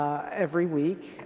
every week,